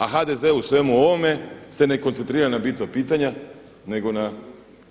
A HDZ-u u svemu ovome se ne koncentrira na bitna pitanja nego na